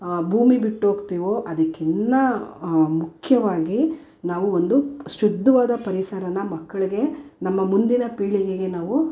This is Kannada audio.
ಭೂಮಿ ಬಿಟ್ಟೋಗ್ತೀವೋ ಅದಕ್ಕಿನ್ನ ಮುಖ್ಯವಾಗಿ ನಾವು ಒಂದು ಶುದ್ಧವಾದ ಪರಿಸರನ ಮಕ್ಳಿಗೆ ನಮ್ಮ ಮುಂದಿನ ಪೀಳಿಗೆಗೆ ನಾವು